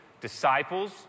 Disciples